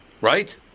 Right